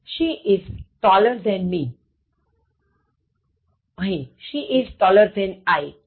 She is taller than me She is taller than I